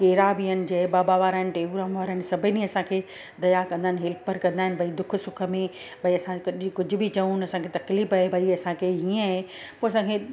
कहिड़ा बि आहिनि जय बाबा वारा आहिनि टेऊंराम वारा आहिनि सभई असांखे दया कंदा आहिनि हेल्पर कंदा आहिनि भाई दुख सुख में भाई असांखे कॾहिं कुझु बि चऊं असांखे भाई तकलीफ़ आहे असां खे हीअं आहे पोइ असांखे